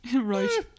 Right